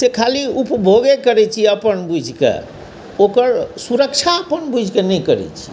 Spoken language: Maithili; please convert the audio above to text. से खाली उपभोगे करैत छी अपन बुझिके ओकर सुरक्षा अपन बुझिके नैहि करैत छियै